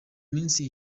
minsi